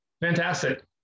Fantastic